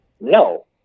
No